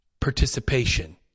participation